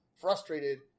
frustrated